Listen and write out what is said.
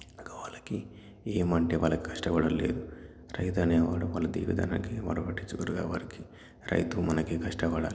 ఇంకా వాళ్ళకి ఏమంటే వాళ్ళు కష్టపడలేరు రైతు అనేవాడు రైతు మనకి కష్టపడాలి